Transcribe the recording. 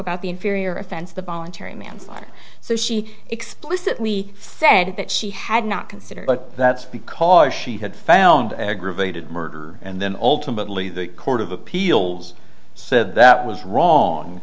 about the inferior offense the voluntary manslaughter so she explicitly said that she had not considered but that's because she had found aggravated murder and then ultimately the court of appeals said that was wrong